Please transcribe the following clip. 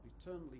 eternally